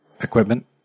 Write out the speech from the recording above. equipment